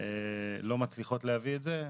לא מצליחות להביא את זה.